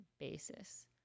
Basis